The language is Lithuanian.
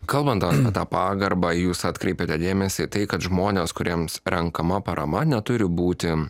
kalbant apie tą pagarbą jūs atkreipėte dėmesį į tai kad žmonės kuriems renkama parama neturi būti